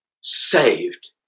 saved